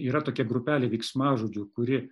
yra tokia grupelė veiksmažodžių kuri